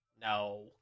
No